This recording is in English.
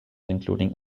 including